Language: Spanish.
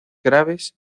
graves